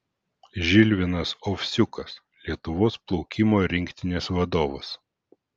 žilvinas ovsiukas lietuvos plaukimo rinktinės vadovas